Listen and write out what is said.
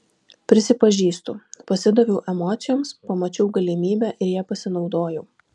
prisipažįstu pasidaviau emocijoms pamačiau galimybę ir ja pasinaudojau